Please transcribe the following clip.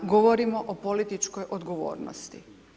Govorimo o političkoj odgovornosti.